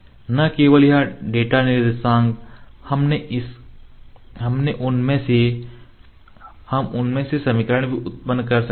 न केवल यह डेटा निर्देशांक हम उनमें से समीकरण भी उत्पन्न कर सकते हैं